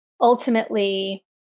ultimately